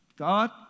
God